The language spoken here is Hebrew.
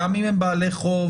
גם אם הם בעלי חוב,